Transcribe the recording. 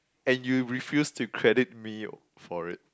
and you refuse to credit me for it